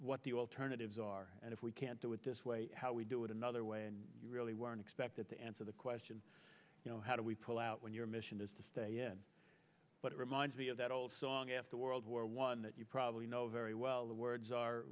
what the alternatives are and if we can't do it this way how we do it another way and you really weren't expected to answer the question you know how do we pull out when your mission is to stay in but it reminds me of that old song after world war one that you probably know very well the words are